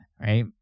right